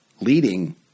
leading